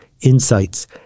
insights